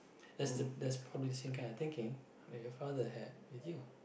that's the that's probably the same kind of thinking that your father had with you